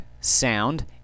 sound